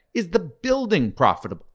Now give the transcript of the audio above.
is the building profitable?